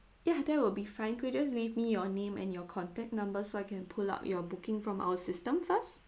ya that will be fine could just leave me your name and your contact number so I can pull up your booking from our system first